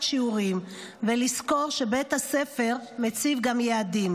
שיעורים ולזכור שבית הספר מציב גם יעדים /